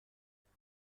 لباس